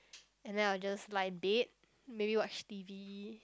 and then I'll just lie and bed maybe watch T_V